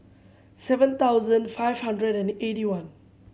seven thousand five hundred and eighty one